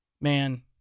man